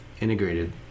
integrated